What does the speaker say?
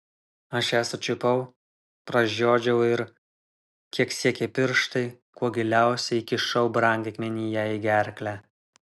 aš ją sučiupau pražiodžiau ir kiek siekė pirštai kuo giliausiai įkišau brangakmenį jai į gerklę